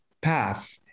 path